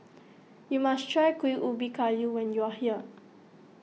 you must try Kuih Ubi Kayu when you are here